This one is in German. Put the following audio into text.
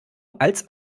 als